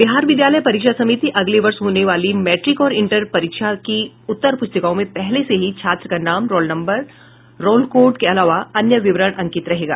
बिहार विद्यालय परीक्षा समिति अगले वर्ष होने वाले मैट्रिक और इंटर परीक्षा की उत्तर पुस्तिकाओं में पहले से ही छात्र का नाम रोल नम्बर रोल कोड के अलावा अन्य विवरण अंकित रहेगा